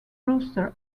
brewster